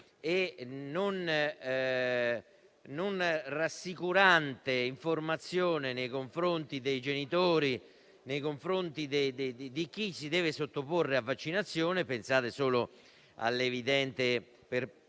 e non rassicurante informazione nei confronti dei genitori e di chi si deve sottoporre a vaccinazione: pensate solo alle evidenti perplessità